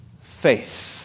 Faith